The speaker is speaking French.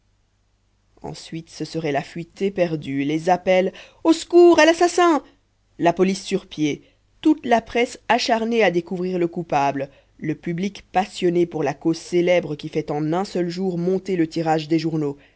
ensuite ce serait la fuite éperdue les appels au secours à l'assassin la police sur pied toute la presse acharnée à découvrir le coupable le public passionné pour la cause célèbre qui fait en un seul jour monter le tirage des journaux